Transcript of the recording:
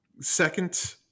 second